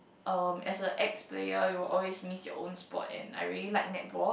um as a ex player you will always missed your own sport and I really like netball